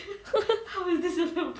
haha